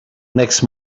next